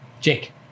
Jake